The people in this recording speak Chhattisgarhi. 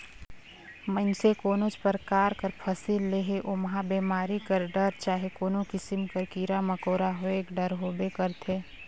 मइनसे कोनोच परकार कर फसिल लेहे ओम्हां बेमारी कर डर चहे कोनो किसिम कर कीरा मकोरा होएक डर होबे करथे